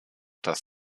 das